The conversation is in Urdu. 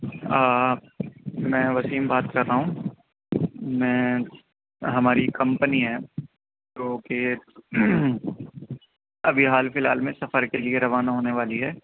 میں وسیم بات کر رہا ہوں میں ہماری کمپنی ہے جو کہ ایک ابھی حال فی الحال میں سفر کے لیے روانہ ہونے والی ہے